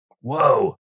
Whoa